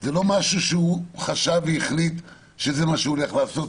זה לא משהו שהוא חשב והחליט שזה מה שהוא הולך לעשות,